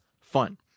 fun